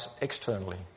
externally